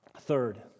Third